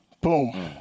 boom